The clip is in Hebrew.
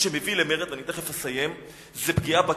שמביא למרד זה פגיעה בכיס.